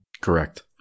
correct